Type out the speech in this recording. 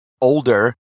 older